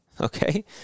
okay